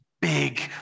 big